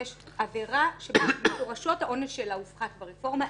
יש עבירה שמפורשות העונש שלה הופחת ברפורמה.